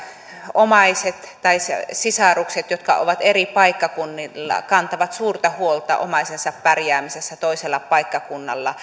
omaiset tai sisarukset jotka ovat eri paikkakunnilla kantavat suurta huolta omaisensa pärjäämisestä toisella paikkakunnalla